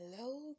Hello